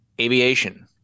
aviation